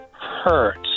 hurts